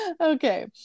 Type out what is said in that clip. okay